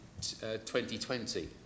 2020